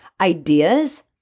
ideas